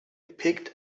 picked